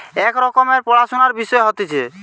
এক রকমের পড়াশুনার বিষয় হতিছে